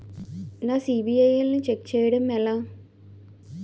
నా సిబిఐఎల్ ని ఛెక్ చేయడం ఎలా?